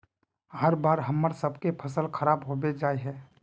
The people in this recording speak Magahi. हर बार हम्मर सबके फसल खराब होबे जाए है?